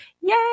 yay